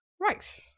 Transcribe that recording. Right